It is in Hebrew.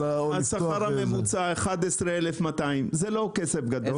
השכר הממוצע הוא 11,200. זה לא כסף גדול.